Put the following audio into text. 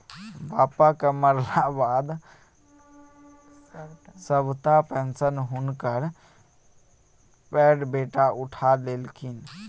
बापक मरलाक बाद सभटा पेशंन हुनकर पैघ बेटा उठा लेलनि